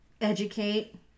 Educate